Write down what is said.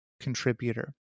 contributor